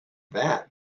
that